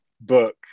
book